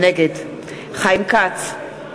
נגד חיים כץ,